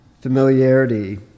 familiarity